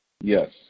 Yes